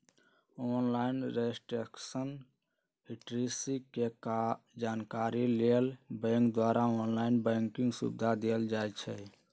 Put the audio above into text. online transaction history के जानकारी लेल बैंक द्वारा ऑनलाइन बैंकिंग सुविधा देल जाइ छइ